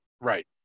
Right